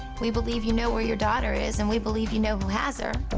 we believe you know where your daughter is, and we believe you know who has her,